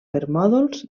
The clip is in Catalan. permòdols